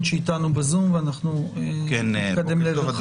שאיתנו בזום ואנחנו נתקדם לעבר חתימה.